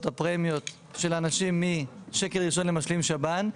הפרמיות של האנשים משקל ראשון למשלים שב"ן,